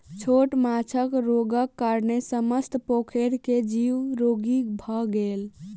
छोट माँछक रोगक कारणेँ समस्त पोखैर के जीव रोगी भअ गेल